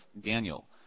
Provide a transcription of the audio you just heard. Daniel